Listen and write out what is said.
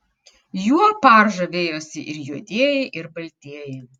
juo par žavėjosi ir juodieji ir baltieji